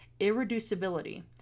irreducibility